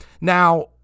Now